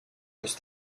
los